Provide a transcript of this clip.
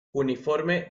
uniforme